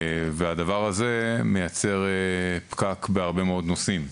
הדבר הזה מייצר פקק בהרבה מאוד נושאים,